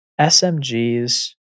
SMGs